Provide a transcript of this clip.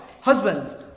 Husbands